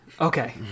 Okay